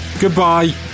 Goodbye